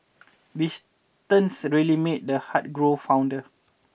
distance really made the heart grow fonder